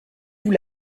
vous